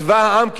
כמו כולם.